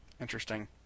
Interesting